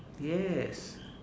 yes